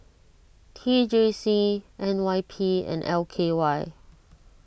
T J C N Y P and L K Y